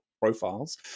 profiles